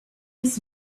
was